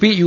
P U